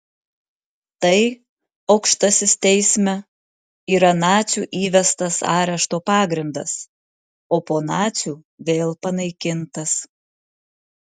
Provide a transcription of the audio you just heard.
tai aukštasis teisme yra nacių įvestas arešto pagrindas o po nacių vėl panaikintas